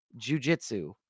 jujitsu